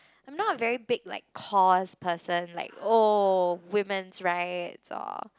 I'm not a very big like cause person like oh women's rights or